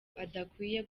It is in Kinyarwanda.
adakwiye